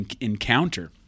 encounter